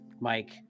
Mike